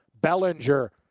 Bellinger